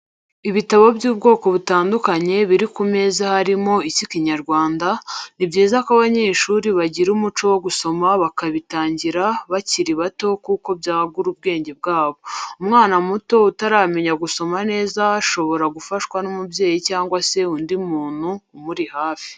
Ibitabo by'ubwoko butandukanye biri ku meza harimo icy'Ikinyarwanda, ni byiza ko abanyeshuri bagira umuco wo gusoma bakabitangira bakiri bato kuko byagura ubwenge bwabo, umwana muto utaramenya gusoma neza shobora gufashwa n'umubyeyi cyangwa se undi muntu umuri hafi.